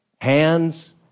Hands